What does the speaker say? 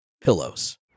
pillows